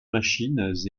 machines